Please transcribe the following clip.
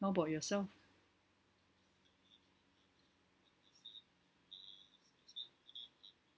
what about yourself